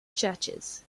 churches